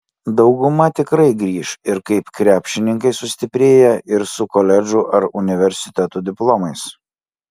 dauguma tikrai grįš ir kaip krepšininkai sustiprėję ir su koledžų ar universitetų diplomais